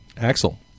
Axel